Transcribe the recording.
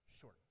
short